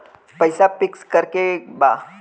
पैसा पिक्स करके बा?